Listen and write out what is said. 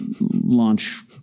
launch